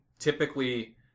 Typically